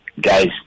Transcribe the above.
guys